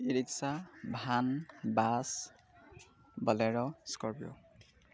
E rickshaw van bus bolero scorpio